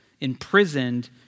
imprisoned